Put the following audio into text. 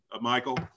Michael